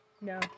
no